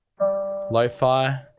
lo-fi